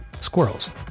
squirrels